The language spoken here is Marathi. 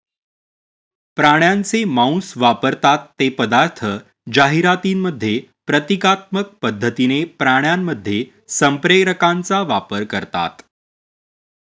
प्राण्यांचे मांस वापरतात ते पदार्थ जाहिरातींमध्ये प्रतिकात्मक पद्धतीने प्राण्यांमध्ये संप्रेरकांचा वापर करतात